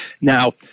Now